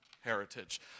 heritage